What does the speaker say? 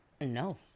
No